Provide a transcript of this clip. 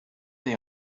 day